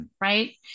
right